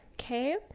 Okay